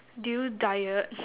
do you diet